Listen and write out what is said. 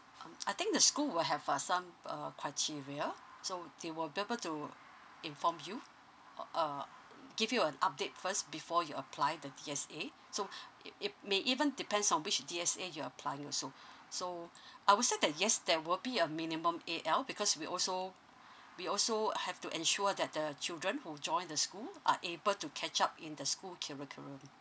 um I think the school will have uh some uh criteria so they will be able to inform you uh uh give you an update first before you apply the D_S_A so it it may even depends on which D_S_A you're applying also so I would say that yes there will be a minimum A_L because we also we also have to ensure that the children who join the school are able to catch up in the school curriculum